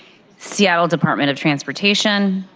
seattle department of transportation,